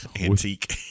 antique